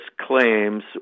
claims